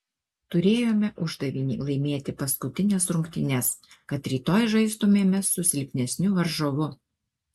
turėjome uždavinį laimėti paskutines rungtynes kad rytoj žaistumėme su silpnesniu varžovu